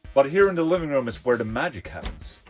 but here in the living room is where the magic happens,